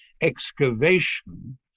excavation